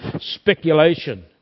speculation